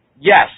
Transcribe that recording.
Yes